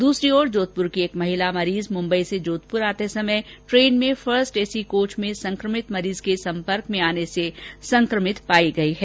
दूसरी ओर जोधपुर की एक महिला मरीज मुम्बई से जोधपुर आते समय ट्रेन में फर्स्ट एसी कोच में संकमित मरीज के संपर्क में आने से संकमित पाई गई है